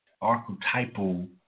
archetypal